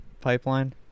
pipeline